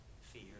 fear